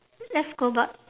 let's go back